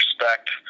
respect